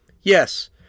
Yes